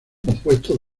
compuestos